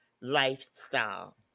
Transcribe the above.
lifestyle